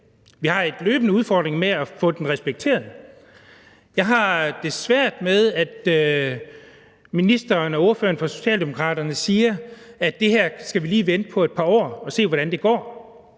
Vi har en løbende udfordring med at få den respekteret. Jeg har det svært med, at ministeren og ordføreren for Socialdemokraterne siger, at det her skal vi lige vente på et par år og se, hvordan det går,